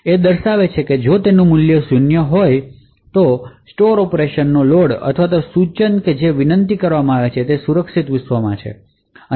તે દર્શાવવા માટે તેનું મૂલ્ય શૂન્યનું હોવું જોઈએ કે જે એવું બતાવે છે કે સ્ટોર ઓપરેશનનો લોડ અથવા સૂચન જે વિનંતી કરવામાં આવે છે તે સુરક્ષિત વિશ્વમાંથી છે